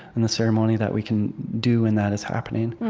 and the ceremony that we can do when that is happening